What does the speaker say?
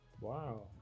Wow